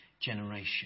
generation